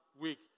week